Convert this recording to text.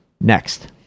Next